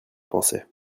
pensais